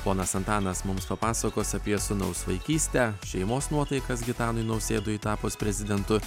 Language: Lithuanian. ponas antanas mums papasakos apie sūnaus vaikystę šeimos nuotaikas gitanui nausėdai tapus prezidentu